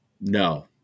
No